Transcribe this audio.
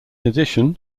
addition